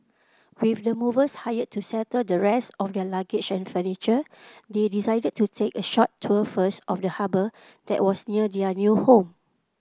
with the movers hired to settle the rest of their luggage and furniture they decided to take a short tour first of the harbour that was near their new home